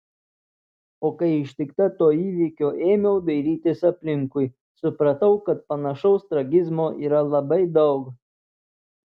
o kai ištikta to įvykio ėmiau dairytis aplinkui supratau kad panašaus tragizmo yra labai daug